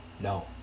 No